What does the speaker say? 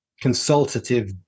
consultative